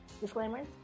Disclaimers